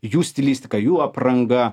jų stilistika jų apranga